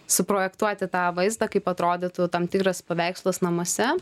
suprojektuoti tą vaizdą kaip atrodytų tam tikras paveikslas namuose